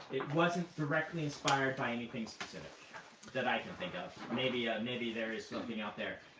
it wasn't directly inspired by anything specific that i can think of. maybe ah maybe there is something out there.